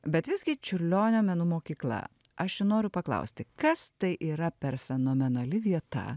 bet visgi čiurlionio menų mokykla aš čia noriu paklausti kas tai yra per fenomenali vieta